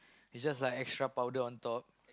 is just like extra powder on top